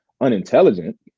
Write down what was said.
unintelligent